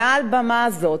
מעל במה זו,